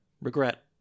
regret